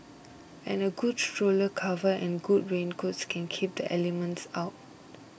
and a good stroller cover and good raincoat can keep the elements out